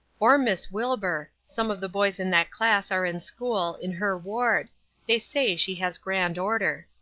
or miss wilbur. some of the boys in that class are in school, in her ward they say she has grand order.